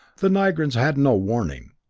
the nigrans had no warning,